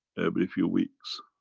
every few weeks.